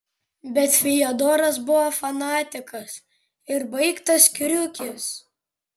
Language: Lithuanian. bet fiodoras buvo fanatikas ir baigtas kriukis